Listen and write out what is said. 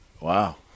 Wow